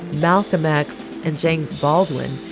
malcolm x and james baldwin.